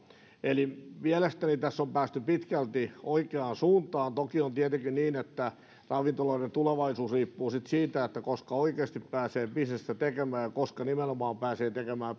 eli mielestäni tässä on päästy pitkälti oikeaan suuntaan toki on tietenkin niin että ravintoloiden tulevaisuus riippuu sitten siitä koska oikeasti pääsee bisnestä tekemään ja koska nimenomaan pääsee tekemään